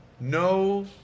no